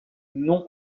nom